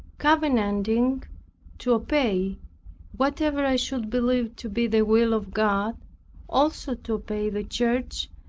covenanting to obey whatever i should believe to be the will of god also to obey the church,